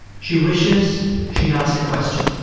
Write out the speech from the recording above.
she wishes she'd asked a question